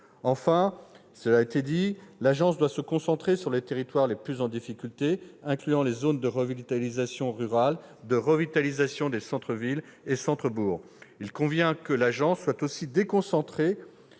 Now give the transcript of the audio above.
Enfin, cela a été dit, l'agence doit se concentrer sur les territoires les plus en difficulté, incluant les zones de revitalisation rurale, de revitalisation des centres-villes et centres-bourgs. Il convient que l'agence soit aussi déconcentrée